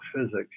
physics